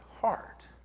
heart